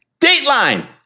dateline